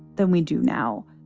than we do now